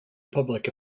public